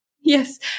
yes